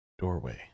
doorway